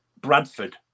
Bradford